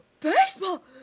baseball